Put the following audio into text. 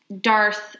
Darth